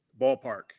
ballpark